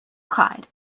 clyde